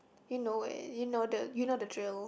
you know eh you know the you know the drill